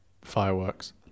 fireworks